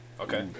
Okay